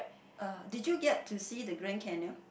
uh did you get to see the Grand-Canyon